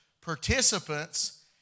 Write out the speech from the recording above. participants